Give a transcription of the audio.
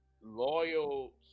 loyal